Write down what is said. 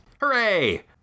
Hooray